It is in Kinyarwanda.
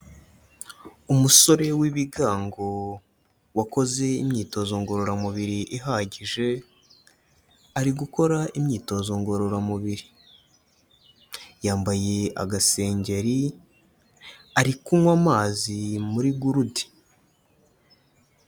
Umusore w'ibigango wakoze imyitozo ngororamubiri ihagije, ari gukora imyitozo ngororamubiri. Yambaye agasengeri, ari kunywa amazi muri gurude.